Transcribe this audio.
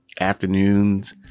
Afternoons